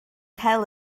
cael